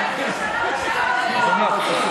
מה קרה לכם?